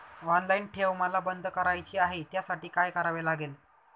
Online ठेव मला बंद करायची आहे, त्यासाठी काय करावे लागेल?